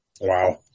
Wow